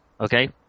Okay